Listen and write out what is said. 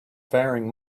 faring